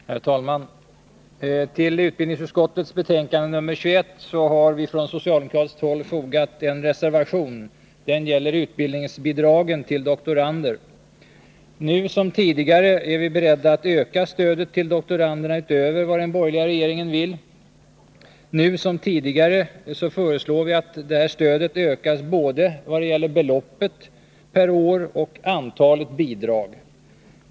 Herr talman! Till utbildningsutskottets betänkande nr 21 har vi från socialdemokratiskt håll fogat en reservation. Den gäller utbildningsbidragen till doktorander. Nu — som tidigare — är vi beredda att öka stödet till doktoranderna utöver vad den borgerliga regeringen vill. Nu — som tidigare — föreslår vi att detta stöd ökas både vad det gäller beloppet per år och antalet bidrag.